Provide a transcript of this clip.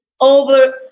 over